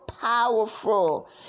powerful